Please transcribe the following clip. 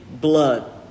blood